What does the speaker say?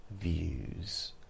views